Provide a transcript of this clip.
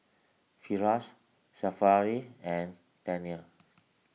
Firash Syafiqah and Daniel